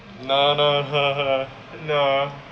no no no no no no